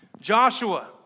Joshua